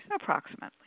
Approximately